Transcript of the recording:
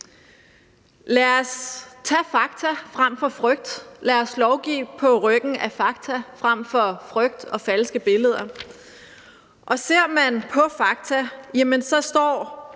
Lad os tage fakta frem for frygt, lad os lovgive på ryggen af fakta frem for frygt og falske billeder. Ser man på fakta, jamen